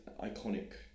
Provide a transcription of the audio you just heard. iconic